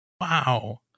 wow